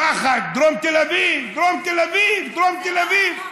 הפחד, דרום תל אביב, דרום תל אביב, דרום תל אביב.